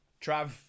Trav